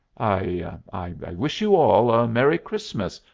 i i wish you all a merry christmas,